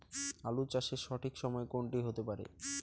আলু চাষের সঠিক সময় কোন টি হতে পারে?